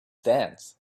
dance